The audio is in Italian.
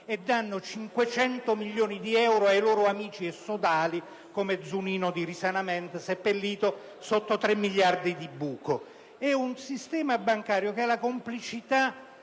e danno 500 milioni di euro ai loro amici e sodali come Zunino (Risanamento S.p.A.), seppellito sotto 3 miliardi di euro di buco. Il sistema bancario ha la complicità